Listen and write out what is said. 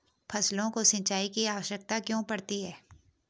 फसलों को सिंचाई की आवश्यकता क्यों पड़ती है?